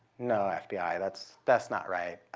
no, ah fbi. that's that's not right.